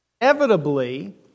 inevitably